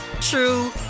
true